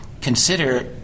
consider